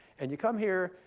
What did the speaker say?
and you come here,